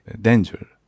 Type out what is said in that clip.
danger